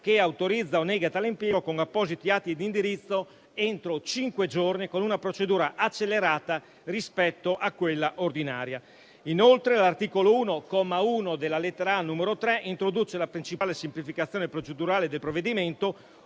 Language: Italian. che autorizza o nega tale impiego, con appositi atti di indirizzo, entro cinque giorni, con una procedura accelerata rispetto a quella ordinaria. Inoltre, l'articolo 1, comma 1, lettera *a)*, n. 3, introduce la principale semplificazione procedurale del provvedimento